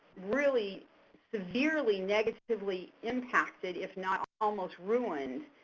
really severely negatively impacted, if not almost ruined,